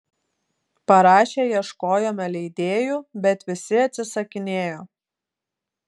parašę ieškojome leidėjų bet visi atsisakinėjo